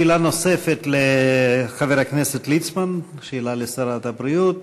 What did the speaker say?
שאלה נוספת של חבר הכנסת ליצמן לשרת הבריאות.